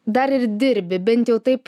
dar ir dirbi bent jau taip